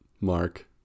Mark